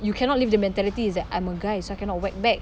you cannot leave the mentality is that I'm a guy so I cannot whack back